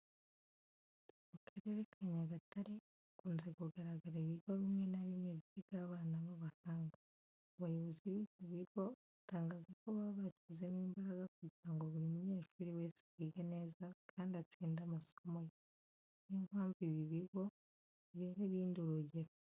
Mu Karere ka Nyagatare hakunze kugaragara ibigo bimwe na bimwe byigaho abana b'abahanga. Abayobozi b'ibyo bigo batangaza ko baba bashyizemo imbaraga kugira ngo buri munyeshuri wese yige neza kandi atsinde amasomo ye. Ni yo mpamvu ibi bigo bibera ibindi urugero.